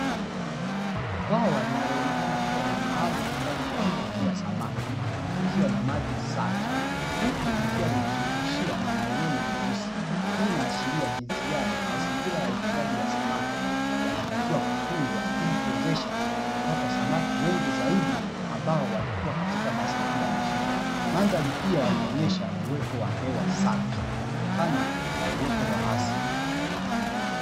Bwawa linaloonekana kua ni maalumu kwa ajili ya kufugia samaki likiwa na maji safi huku likiwa limezungushiwa na lailoni nyeusi, hii ina ashiria jinsi gani mazingira ya ufugaji wa samaki yanatakiwa kutunzwa ili kuwezesha kupata samaki wengi zaidi ambao watakua katika mazingira mazuri, mandhari pia inaonesha uwepo wa hewa safi kutokana na uwepo wa hewa safi kitokana na uwepo wa uoto wa asili.